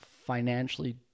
financially